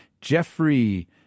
Jeffrey